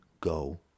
go